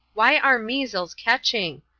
why are measles catching?